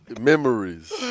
Memories